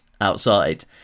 outside